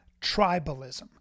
tribalism